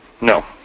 no